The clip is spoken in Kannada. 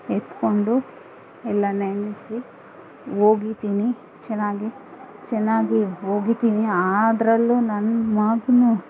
ಎತ್ಕೊಂಡು ಎಲ್ಲ ನೆನೆಸಿ ಒಗಿತೀನಿ ಚೆನ್ನಾಗಿ ಚೆನ್ನಾಗಿ ಒಗೀತೀನಿ ಆದ್ರಲ್ಲೂ ನನ್ನ ಮಗಂದು